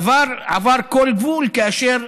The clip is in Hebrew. הדבר עבר כל גבול כאשר